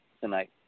tonight